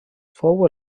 fou